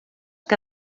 que